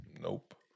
Nope